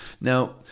Now